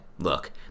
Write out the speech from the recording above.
Look